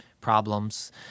problems